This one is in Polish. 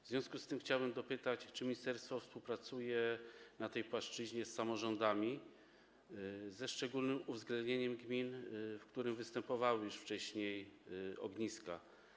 W związku z tym chciałbym dopytać, czy ministerstwo współpracuje na tej płaszczyźnie z samorządami, ze szczególnym uwzględnieniem gmin, w których już wcześniej występowały ogniska.